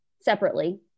separately